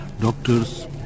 doctors